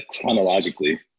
chronologically